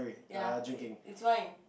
ya eh it's fine